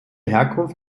herkunft